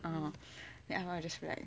orh then ah ma just be like